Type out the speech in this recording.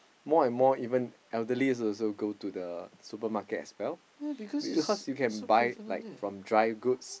more and more even elderly also go to the supermarket as well because you can buy like from dry goods